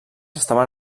estaven